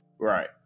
Right